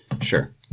sure